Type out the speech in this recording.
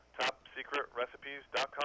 Topsecretrecipes.com